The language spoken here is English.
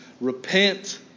Repent